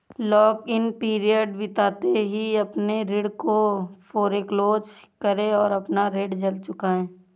lock in period बीतते ही अपने ऋण को फोरेक्लोज करे और अपना ऋण जल्द चुकाए